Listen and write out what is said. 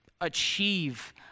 achieve